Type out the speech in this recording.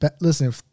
Listen